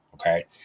okay